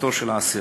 ורווחתו של האסיר.